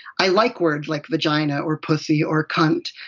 i like words like! vagina! or! pussy! or! cunt,